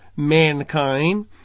Mankind